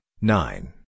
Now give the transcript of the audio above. nine